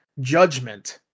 Judgment